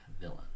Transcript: villain